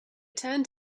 turned